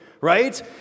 right